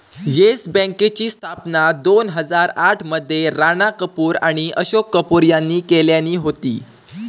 yes बँकेची स्थापना दोन हजार आठ मध्ये राणा कपूर आणि अशोक कपूर यांनी केल्यानी होती